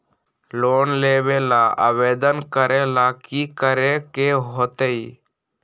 Loan लेबे ला आवेदन करे ला कि करे के होतइ?